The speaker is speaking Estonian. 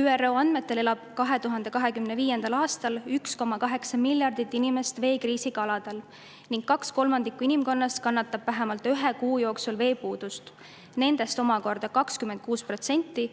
ÜRO andmetel elab 2025. aastal 1,8 miljardit inimest veekriisiga aladel ning kaks kolmandikku inimkonnast kannatab vähemalt ühe kuu jooksul veepuudust. Nendest omakorda 26%